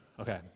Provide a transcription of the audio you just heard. okay